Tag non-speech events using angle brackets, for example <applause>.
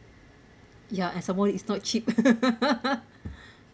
ya and somemore is not cheap <laughs>